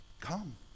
Come